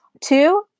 Two